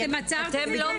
אתם עצרתם את זה?